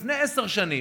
לפני עשר שנים,